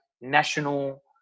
national